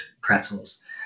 pretzels